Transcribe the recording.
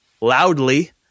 loudly